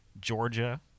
Georgia